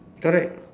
correct